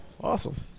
awesome